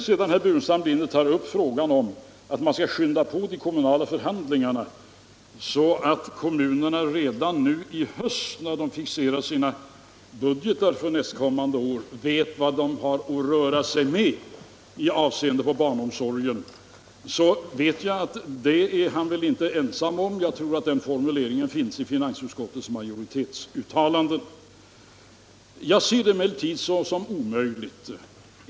Herr Burenstam Linder sade också att man skall skynda på de kommunala förhandlingarna så att kommunerna redan i höst när de fixerar sina budgetar för nästkommande år vet vad de har att röra sig med i avseende på barnomsorgen. Den åsikten är han inte ensam om. Jag tror att den formuleringen kan återfinnas i finansutskottets majoritets skrivning. Jag ser det emellertid som omöjligt att följa den rekommendationen.